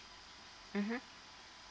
mmhmm